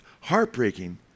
heartbreaking